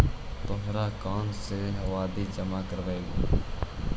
तोहरा कौन तरह के आवधि जमा करवइबू